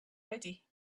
ready